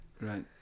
right